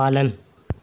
पालन